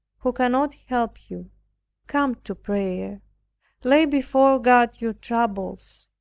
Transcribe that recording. who cannot help you come to prayer lay before god your troubles,